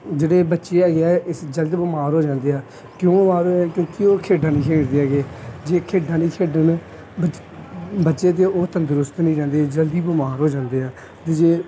ਜਿਹੜੇ ਬੱਚੇ ਹੈਗੇ ਹੈ ਇਸ ਜਲਦ ਬਿਮਾਰ ਹੋ ਜਾਂਦੇ ਹੈ ਕਿਉਂ ਬਿਮਾਰ ਹੋ ਜਾਂਦੇ ਕਿਉਂਕਿ ਉਹ ਖੇਡਾਂ ਨਹੀਂ ਖੇਡਦੇ ਹੈਗੇ ਜੇ ਖੇਡਾਂ ਨਹੀਂ ਖੇਡਣ ਬੱਚ ਬੱਚੇ ਤਾਂ ਉਹ ਤੰਦਰੁਸਤ ਨਹੀਂ ਰਹਿੰਦੇ ਜਲਦੀ ਬਿਮਾਰ ਹੋ ਜਾਂਦੇ ਹੈ ਅਤੇ ਜੇ